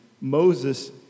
Moses